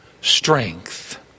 strength